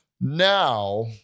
Now